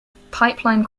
pipeline